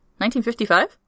1955